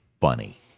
funny